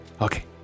Okay